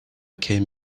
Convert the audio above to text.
came